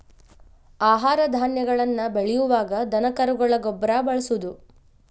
ಆಹಾರ ಧಾನ್ಯಗಳನ್ನ ಬೆಳಿಯುವಾಗ ದನಕರುಗಳ ಗೊಬ್ಬರಾ ಬಳಸುದು